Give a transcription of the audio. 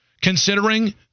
considering